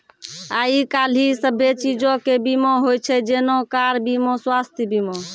आइ काल्हि सभ्भे चीजो के बीमा होय छै जेना कार बीमा, स्वास्थ्य बीमा